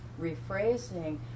rephrasing